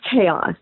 chaos